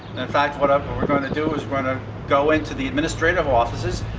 in fact, what but we're going to do is we're going to go into the administrative offices.